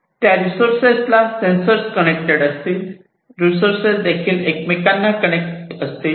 त्या रिसोर्सेस ला sensors connected असतील रिसोर्सेस देखील एकमेकांना कनेक्ट असतील